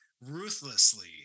ruthlessly